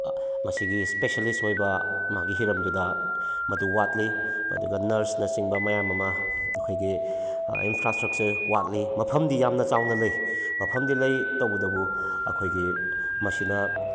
ꯃꯁꯤꯒꯤ ꯏꯁꯄꯦꯁꯤꯑꯦꯜꯂꯤꯁ ꯑꯣꯏꯕ ꯃꯥꯒꯤ ꯍꯤꯔꯝꯗꯨꯗ ꯃꯗꯨ ꯋꯥꯠꯂꯤ ꯃꯗꯨꯒ ꯅꯔꯁꯅ ꯆꯤꯡꯕ ꯃꯌꯥꯝ ꯑꯃ ꯑꯩꯈꯣꯏꯒꯤ ꯏꯟꯐ꯭ꯔꯥ ꯏꯁꯇ꯭ꯔꯛꯆꯔ ꯋꯥꯠꯂꯤ ꯃꯐꯝꯗꯤ ꯌꯥꯝꯅ ꯆꯥꯎꯅ ꯂꯩ ꯐꯃꯝꯗꯤ ꯂꯩ ꯇꯧꯕꯗꯕꯨ ꯑꯩꯈꯣꯏꯒꯤ ꯃꯁꯤꯅ